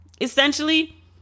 essentially